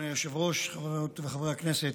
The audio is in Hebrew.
אדוני היושב-ראש, חברות וחברי הכנסת,